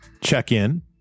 Check-in